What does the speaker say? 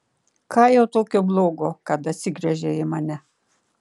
ką jau tokio blogo kad atsigręžei į mane